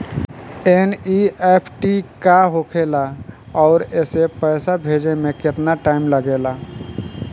NEFT का होखे ला आउर एसे पैसा भेजे मे केतना टाइम लागेला?